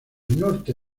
norte